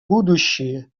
будущее